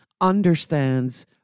understands